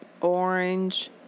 Orange